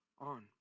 on